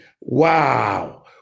Wow